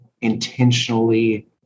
intentionally